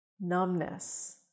Numbness